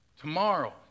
Tomorrow